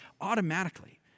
automatically